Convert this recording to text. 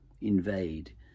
invade